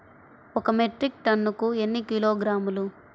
ఒక మెట్రిక్ టన్నుకు ఎన్ని కిలోగ్రాములు?